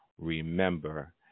remember